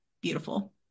beautiful